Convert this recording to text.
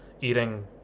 eating